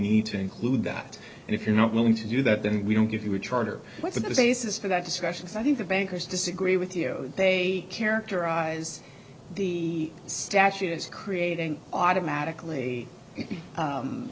need to include that and if you're not willing to do that then we don't give you a charter what the basis for that discussion is i think the bankers disagree with you they characterize the statute as creating automatically